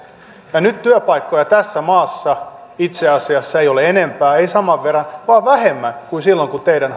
nyt työpaikkoja tässä maassa itse asiassa ei ole enempää ei saman verran vaan vähemmän kuin silloin kun teidän